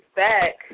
back